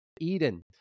Eden